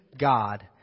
God